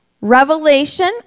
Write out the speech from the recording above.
Revelation